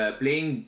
playing